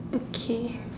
okay